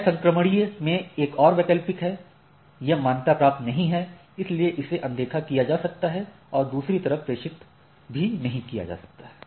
गैर संक्रमणीय में एक और वैकल्पिक है यह मान्यता प्राप्त नहीं है इस लिए इसे अनदेखा किया जा सकता है और दूसरी तरफ प्रेषित नहीं भी किया जा सकता है